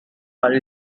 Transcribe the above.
are